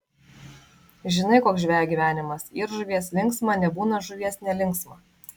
žinai koks žvejo gyvenimas yr žuvies linksma nebūna žuvies nelinksma